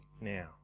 now